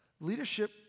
Leadership